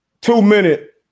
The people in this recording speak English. two-minute